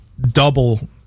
double